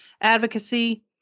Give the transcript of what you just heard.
advocacy